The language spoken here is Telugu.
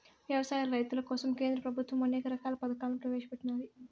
వ్యవసాయ రైతుల కోసం కేంద్ర ప్రభుత్వం అనేక రకాల పథకాలను ప్రవేశపెట్టినాది